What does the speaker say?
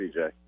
PJ